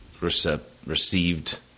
received